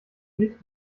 nicht